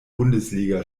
bundesliga